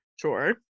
Sure